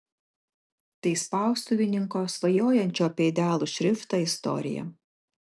tai spaustuvininko svajojančio apie idealų šriftą istorija